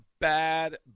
bad